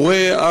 מורה,